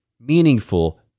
meaningful